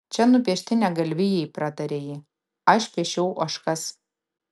čia nupiešti ne galvijai pratarė ji aš piešiau ožkas